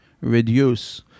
reduce